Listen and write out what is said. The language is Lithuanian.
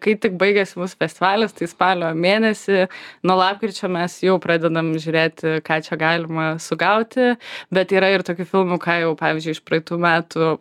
kai tik baigiasi mūsų festivalis tai spalio mėnesį nuo lapkričio mes jau pradedam žiūrėti ką čia galima sugauti bet yra ir tokių filmų ką jau pavyzdžiui iš praeitų metų